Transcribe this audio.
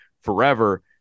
forever